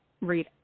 read